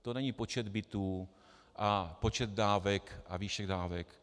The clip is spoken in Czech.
To není počet bytů a počet dávek a výše dávek.